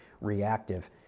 reactive